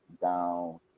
down